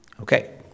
Okay